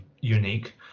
unique